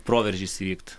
proveržis įvykt